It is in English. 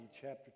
chapter